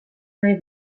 nahi